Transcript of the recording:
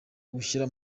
gushyira